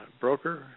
broker